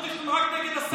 חשבתי שאתם רק נגד השר.